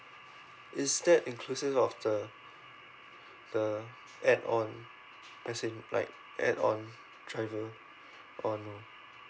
is that inclusive of the the add on passen~ like add on driver on